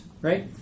right